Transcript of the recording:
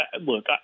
look